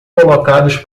colocados